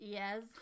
Yes